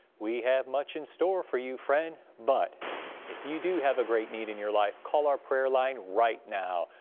we have much in store for you, friend, but if you do have a great need in your life, call our prayer line right now.